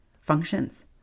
functions